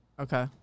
Okay